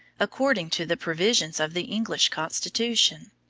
according to the provisions of the english constitution,